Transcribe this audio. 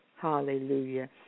Hallelujah